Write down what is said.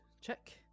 check